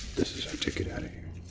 this is our ticket out of here.